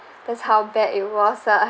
cause how bad it was ah